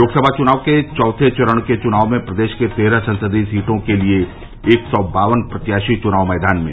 लोकसभा के चौथे चरण के चुनाव में प्रदेश के तेरह संसदीय सीटों के लिये एक सौ बावन प्रत्याशी चुनावी मैदान में